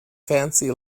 fancy